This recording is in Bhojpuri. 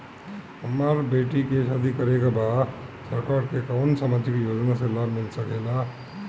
हमर बेटी के शादी करे के बा सरकार के कवन सामाजिक योजना से लाभ मिल सके ला?